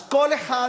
אז כל אחד